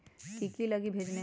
की की लगी भेजने में?